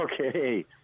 Okay